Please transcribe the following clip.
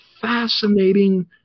fascinating